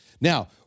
Now